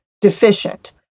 deficient